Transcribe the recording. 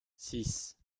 six